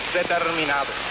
determinado